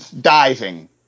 diving